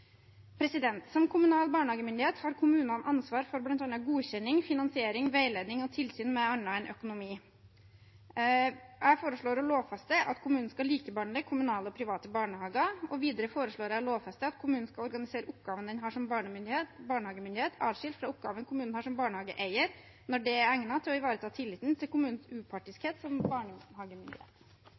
Som kommunal barnehagemyndighet har kommunene ansvar for bl.a. godkjenning, finansiering, veiledning og tilsyn med annet enn økonomi. Jeg foreslår å lovfeste at kommunen skal likebehandle kommunale og private barnehager, og videre foreslår jeg å lovfeste at kommunen skal organisere oppgaven den har som barnehagemyndighet, atskilt fra oppgaven kommunen har som barnehageeier, når det er egnet til å ivareta tilliten til kommunens upartiskhet som barnehagemyndighet.